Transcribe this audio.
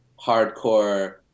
hardcore